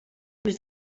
was